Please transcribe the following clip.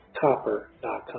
copper.com